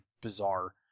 bizarre